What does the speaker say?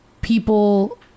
people